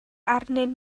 arnyn